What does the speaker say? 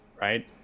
Right